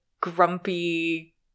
grumpy